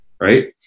right